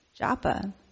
Japa